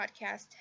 Podcast